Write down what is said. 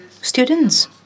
Students